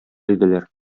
иделәр